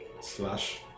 Slash